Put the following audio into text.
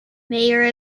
mayor